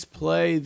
play